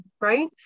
right